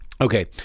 Okay